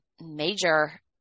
major